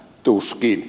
tuskin